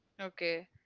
Okay